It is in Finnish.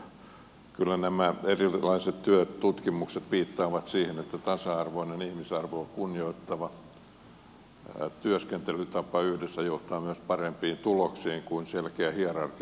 silloin kyllä nämä erilaiset työtutkimukset viittaavat siihen että tasa arvoinen ihmisarvoa kunnioittava työskentelytapa yhdessä johtaa myös parempiin tuloksiin kuin selkeän hierarkkinen malli